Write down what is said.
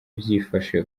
byifashe